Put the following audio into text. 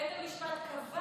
בית המשפט קבע